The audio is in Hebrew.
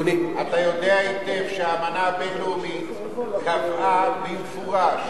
אתה יודע היטב שהאמנה הבין-לאומית קבעה במפורש